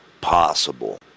possible